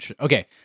okay